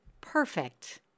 perfect